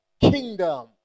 kingdom